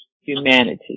humanity